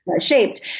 shaped